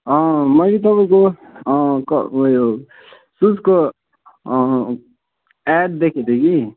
मैले तपाँईको क उयो सुजको एड देखेको थिएँ कि